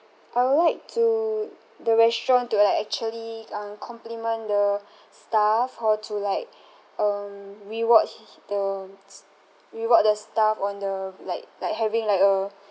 I would like to the restaurant to like actually uh compliment the staff or to like um reward he he the mm s~ reward the staff on the like like having like a